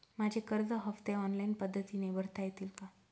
माझे कर्ज हफ्ते ऑनलाईन पद्धतीने भरता येतील का?